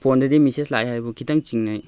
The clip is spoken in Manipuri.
ꯐꯣꯟꯗꯗꯤ ꯃꯦꯁꯦꯁ ꯂꯥꯛꯑꯦ ꯍꯥꯏꯕꯕꯨ ꯈꯤꯇꯪ ꯆꯤꯡꯅꯩ